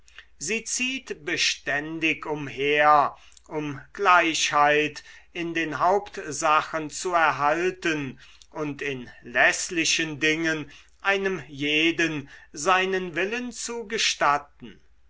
sie zieht beständig umher um gleichheit in den hauptsachen zu erhalten und in läßlichen dingen einem jeden seinen willen zu gestatten